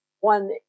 one